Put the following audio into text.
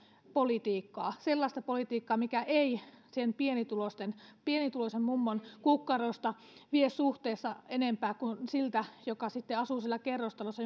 politiikkaa sellaista politiikkaa mikä ei sen pienituloisen mummon kukkarosta vie suhteessa enempää kuin siltä joka sitten asuu kerrostalossa